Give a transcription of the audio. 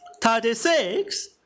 Thirty-six